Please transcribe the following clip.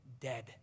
dead